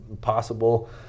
possible